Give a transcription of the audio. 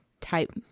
type